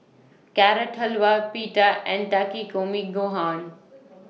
Carrot Halwa Pita and Takikomi Gohan